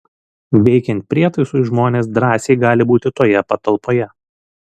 veikiant prietaisui žmonės drąsiai gali būti toje patalpoje